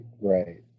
right